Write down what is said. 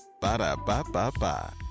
Ba-da-ba-ba-ba